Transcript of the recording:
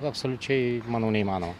absoliučiai manau neįmanoma